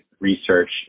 research